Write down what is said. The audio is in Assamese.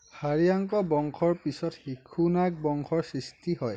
হাৰিয়াংক বংশৰ পিছত শিশুনাগ বংশৰ সৃষ্টি হয়